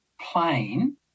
plane